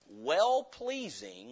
well-pleasing